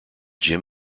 jim